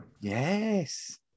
Yes